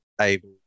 able